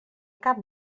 cap